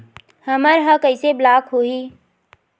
हमर ह कइसे ब्लॉक होही?